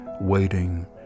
waiting